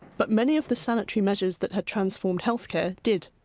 but many of the sanitary measures that had transformed health care did.